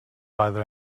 either